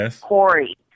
Corey